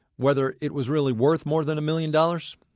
whether it was really worth more than a million dollars?